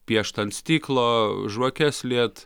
piešt ant stiklo žvakes liet